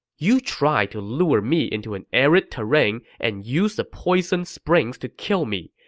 you tried to lure me into an arid terrain and use the poisoned springs to kill me,